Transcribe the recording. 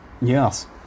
Yes